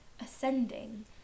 ascending